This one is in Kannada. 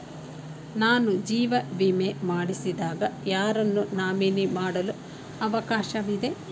ನಾನು ಜೀವ ವಿಮೆ ಮಾಡಿಸಿದಾಗ ಯಾರನ್ನು ನಾಮಿನಿ ಮಾಡಲು ಅವಕಾಶವಿದೆ?